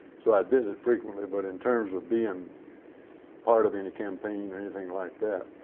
so i visit frequently, but in terms of being part of any campaign or anything like that.